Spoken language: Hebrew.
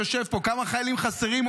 שיושב פה: כמה חיילים חסרים?